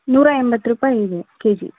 ನೂರಾ ಎಂಬತ್ತು ರೂಪಾಯಿ ಇದೆ ಕೆಜಿ